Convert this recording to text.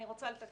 אני רוצה לתקן,